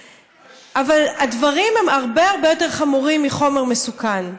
אבל הדברים הם הרבה הרבה יותר חמורים מחומר מסוכן.